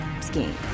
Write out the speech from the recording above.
skiing